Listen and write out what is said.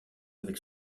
avec